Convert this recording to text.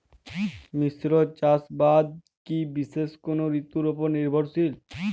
মিশ্র চাষাবাদ কি বিশেষ কোনো ঋতুর ওপর নির্ভরশীল?